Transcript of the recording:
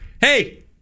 Hey